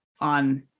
on